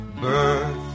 Birth